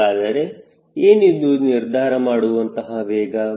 ಹಾಗಾದರೆ ಏನಿದು ನಿರ್ಧಾರ ಮಾಡುವಂತಹ ವೇಗ